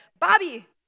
Bobby